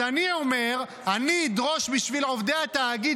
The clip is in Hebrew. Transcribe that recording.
אז אני אומר: אני אדרוש בשביל עובדי התאגיד